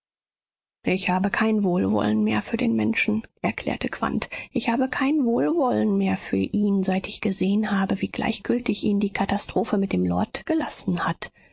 ich habe kein wohlwollen mehr für den menschen erklärte quandt ich habe kein wohlwollen mehr für ihn seit ich gesehen habe wie gleichgültig ihn die katastrophe mit dem lord gelassen hat